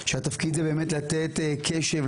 שהתפקיד הוא באמת לתת קשב,